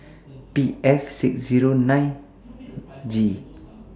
P F six Zero nine G